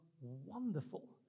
wonderful